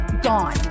gone